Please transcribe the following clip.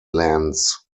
lands